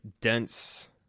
dense